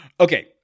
Okay